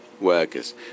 workers